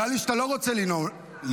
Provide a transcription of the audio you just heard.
נראה לי שאתה לא רוצה לנאום היום.